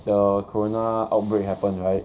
the corona outbreak happen right